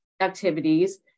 activities